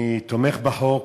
אני תומך בחוק,